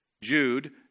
Jude